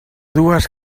dues